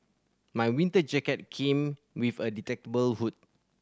my winter jacket came with a detachable hood